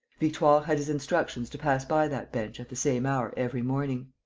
victoire had his instructions to pass by that bench at the same hour every morning.